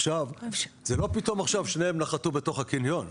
עכשיו, זה לא פתאום עכשיו שניהם נחתו בתוך הקניון.